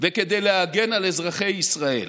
וכדי להגן על אזרחי ישראל.